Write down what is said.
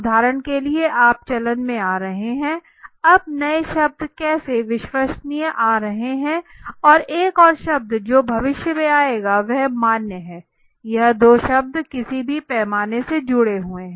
उदाहरण के लिए आप चलन में आ रहे हैं अब नए शब्द जैसे विश्वसनीय आ रहे हैं और एक और शब्द जो भविष्य में आएगा वह मान्य है यह दो शब्द किसी भी पैमाने से जुड़े हुए हैं